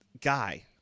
guy